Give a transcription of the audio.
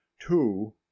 two